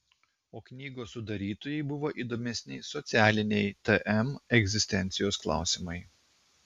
o knygos sudarytojai buvo įdomesni socialiniai tm egzistencijos klausimai